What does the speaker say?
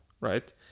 right